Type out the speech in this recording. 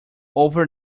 over